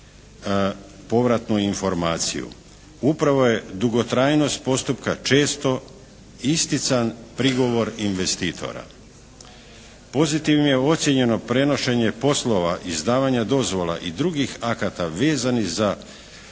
povratnu informaciju. Upravo je dugotrajnost postupka često istican prigovor investitora. Pozitivno ocijenjeno prenošenje poslova, izdavanja dozvola i drugih akata vezanih za